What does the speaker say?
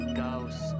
ghost